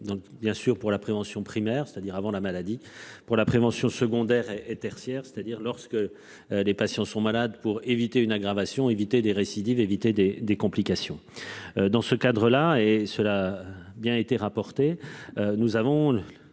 bien sûr pour la prévention primaire, c'est-à-dire avant la maladie. Pour la prévention secondaire et tertiaire c'est-à-dire lorsque. Les patients sont malades pour éviter une aggravation éviter les récidives éviter des des complications. Dans ce cadre-là et cela a bien été rapportées. Nous avons